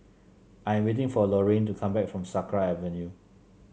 I am waiting for Lorayne to come back from Sakra Avenue